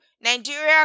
Nigeria